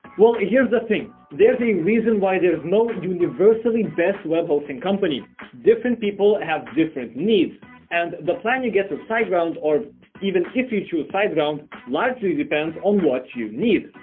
well, here's the thing there's a reason why there is no universally best web hosting company different people have different needs and the plan you get with siteground, or even if you choose siteground largely depends on what you need.